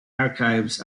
archives